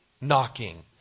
knocking